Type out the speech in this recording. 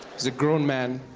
is a grown man,